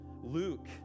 Luke